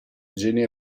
geni